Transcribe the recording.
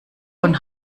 von